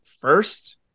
first